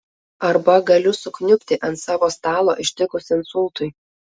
arba galiu sukniubti ant savo stalo ištikus insultui